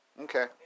okay